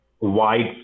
wide